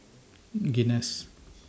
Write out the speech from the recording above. Guinness